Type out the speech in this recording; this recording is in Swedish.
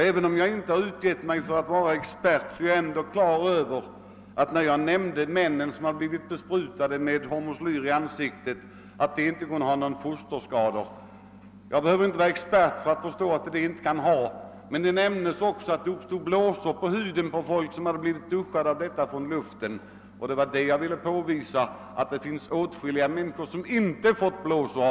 Även om jag inte vill utge mig för att vara någon expert, inser jag att de män som blivit besprutade i ansiktet med hormoslyr inte kunde få några fosterskador, men det har nämnts att folk som duschats med hormoslyr från luften har fått blåsor på huden, och jag nämnde detta exempel för att visa att det finns åtskilliga som inte får blåsor.